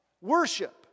Worship